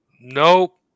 Nope